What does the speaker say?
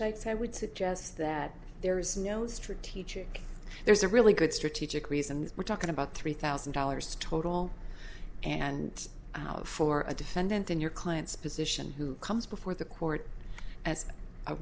cites i would suggest that there is no strategic there's a really good strategic reason we're talking about three thousand dollars total and for a defendant in your client's position who comes before the court as a